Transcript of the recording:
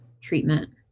treatment